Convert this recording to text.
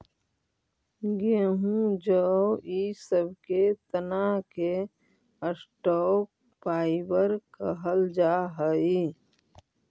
गेहूँ जौ इ सब के तना के स्टॉक फाइवर कहल जा हई